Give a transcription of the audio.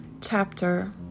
chapter